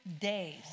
days